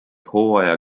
hooaja